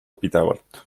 pidevalt